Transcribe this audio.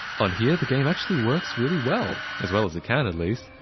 on here, the game actually works really well, as well as it can at least.